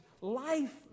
life